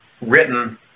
written